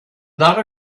not